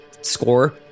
score